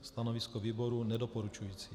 Stanovisko výboru nedoporučující.